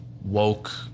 woke